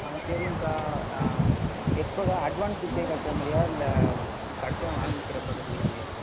ஆ சரிங்கக்கா எப்போதுக்கா அட்வான்ஸ் இப்பயே கட்டுற மாரியா இல்லை கடைசியாக வாங்கிக்கிறப்போ கட்டிக்கிற மாரியாக்கா